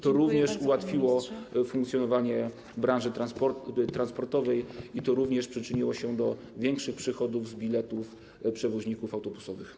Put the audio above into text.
To również ułatwiło funkcjonowanie branży transportowej i to również przyczyniło się do większych przychodów z biletów przewoźników autobusowych.